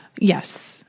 yes